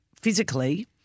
physically